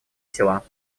тела